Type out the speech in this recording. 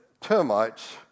termites